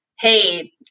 hey